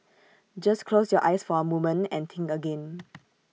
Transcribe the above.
just close your eyes for A moment and think again